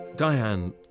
Diane